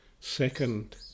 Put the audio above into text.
Second